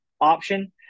option